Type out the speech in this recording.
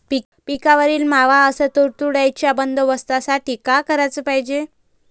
पिकावरील मावा अस तुडतुड्याइच्या बंदोबस्तासाठी का कराच पायजे?